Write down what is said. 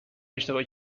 اشتباه